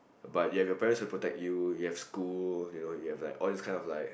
but you have your parents protect you you have school you know you've like all these kind of like